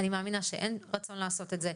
אני מאמינה שאין רצון לעשות את זה.